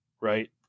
right